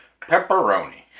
Pepperoni